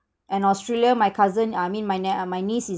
and australia my cousin uh I mean my ne~ uh my niece is